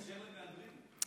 וכשר למהדרין.